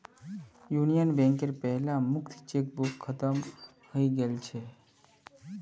union बैंकेर पहला मुक्त चेकबुक खत्म हइ गेल छ